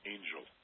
Angel